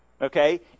Okay